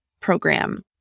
program